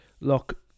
look